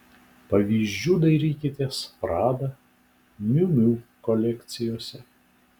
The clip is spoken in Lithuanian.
pavyzdžių dairykitės prada miu miu kolekcijose